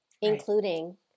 including